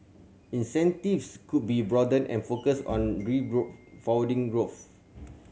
incentives could be broadened and focused on growth